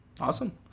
Awesome